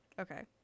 Okay